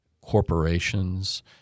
corporations